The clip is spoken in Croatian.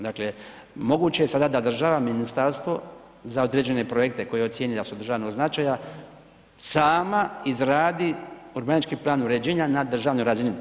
Dakle moguće je da sada država, ministarstvo za određene projekte koje ocijeni da su od državnog značaja sama izradi urbanistički plan uređenja na državnoj razini.